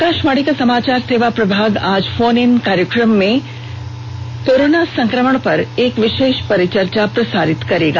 आकाशवाणी का समाचार सेवा प्रभाग आज फोन इन कार्यक्रम में कोरोना संक्रमण पर एक विशेष परिचर्चा प्रसारित करेगा